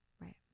right